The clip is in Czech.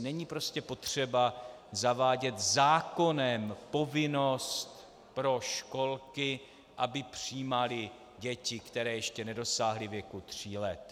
Není prostě potřeba zavádět zákonem povinnost pro školky, aby přijímaly děti, které ještě nedosáhly věku tří let.